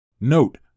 Note